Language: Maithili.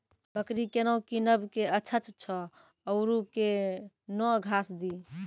बकरी केना कीनब केअचछ छ औरू के न घास दी?